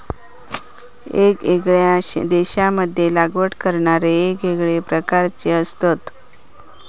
येगयेगळ्या देशांमध्ये लागवड करणारे येगळ्या प्रकारचे असतत